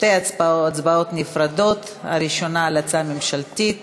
שתי הצבעות נפרדות, הראשונה על ההצעה הממשלתית